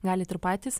galit ir patys